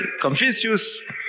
Confucius